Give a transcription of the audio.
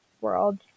world